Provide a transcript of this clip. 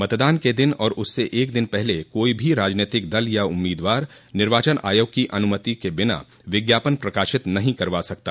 मतदान के दिन और उससे एक दिन पहले कोई भी राजनीतिक दल या उम्मीदवार निर्वाचन आयोग की अनुमति के बिना विज्ञापन प्रकाशित नहीं करवा सकता